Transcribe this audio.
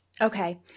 Okay